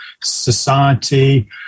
society